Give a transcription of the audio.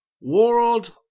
World